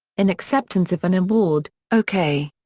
in acceptance of an award, o k.